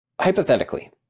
hypothetically